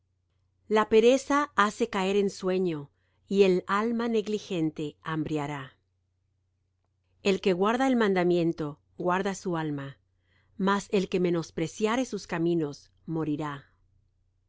la pereza hace caer en sueño y el alma negligente hambreará el que guarda el mandamiento guarda su alma mas el que menospreciare sus caminos morirá